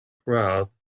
crowd